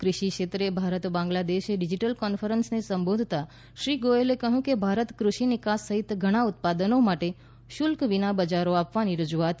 કુષિ ક્ષેત્રે ભારત બાંગ્લાદેશ ડીજીટલ કોન્ફરન્સને સંબોધતાં શ્રી ગોયલે કહ્યું કે ભારત ક્રષિ નિકાસ સહિત ઘણા ઉત્પાદનો માટે શુલ્ક વિના બજારો આપવાની રજૂઆત કરી છે